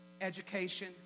education